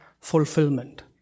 fulfillment